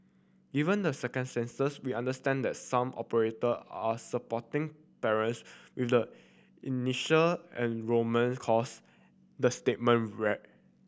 given the circumstances we understand that some operator are supporting parents with the initial enrolment cost the statement read